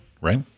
right